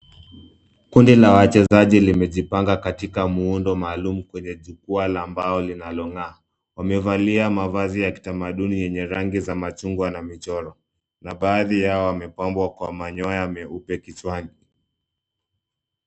Kundi la wachezaji limejipanga katika muundo maalum kwenye jukwaa la mbao linalong'aa. Wamevalia mavazi ya kitamaduni yenye rangi za machungwa na michoro. Na baadhi yao wamepambwa kwa manyoya meupe kichwani.